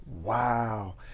Wow